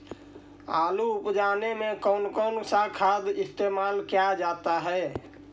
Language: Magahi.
आलू उप जाने में कौन कौन सा खाद इस्तेमाल क्या जाता है?